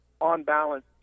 on-balance